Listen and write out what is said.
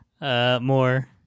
more